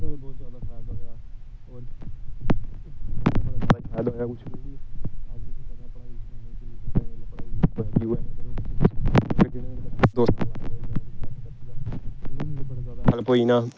कोई जेह्ड़ी